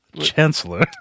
Chancellor